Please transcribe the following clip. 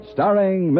Starring